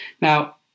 Now